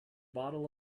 bottle